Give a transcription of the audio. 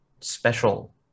special